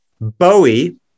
Bowie